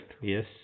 Yes